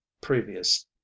previous